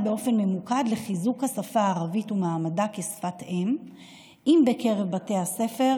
באופן ממוקד לחיזוק השפה הערבית ומעמדה כשפת אם בקרב בתי הספר